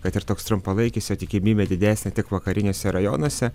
kad ir toks trumpalaikis jo tikimybė didesnė tik vakariniuose rajonuose